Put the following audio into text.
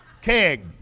Keg